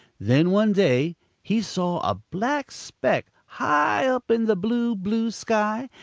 then one day he saw a black speck high up in the blue, blue sky,